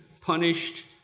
punished